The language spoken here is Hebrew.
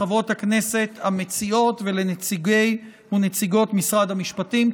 לחברות הכנסת המציעות ולנציגי ונציגות משרד המשפטים.